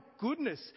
goodness